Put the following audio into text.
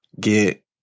get